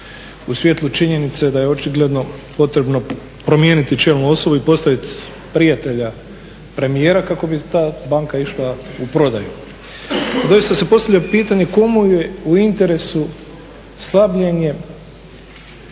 u svjetlu činjenice da je očigledno potrebno promijeniti čelnu osobu i postaviti prijatelja premijera kako bi ta banka išla u prodaju. Doista se postavlja pitanje komu je u interesu slabljenje